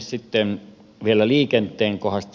sitten vielä liikenteen kohdasta